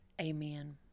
Amen